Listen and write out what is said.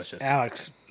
Alex